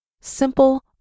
Simple